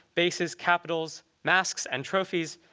bases, capitals, masks, and trophies,